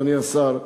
אדוני השר,